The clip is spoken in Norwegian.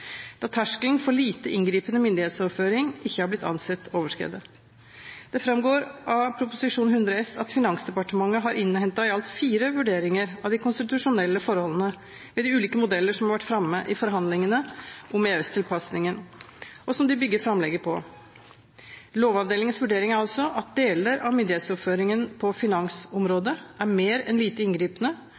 da terskelen for lite inngripende myndighetsoverføring ikke har blitt ansett overskredet. Det framgår av Prop. 100 S at Finansdepartementet har innhentet i alt fire vurderinger av de konstitusjonelle forholdene ved de ulike modellene som har vært framme i forhandlingene om EØS-tilpasningen, og som de bygger framlegget på. Lovavdelingens vurderinger er altså at deler av myndighetsoverføringen på finansområdet er mer enn lite inngripende,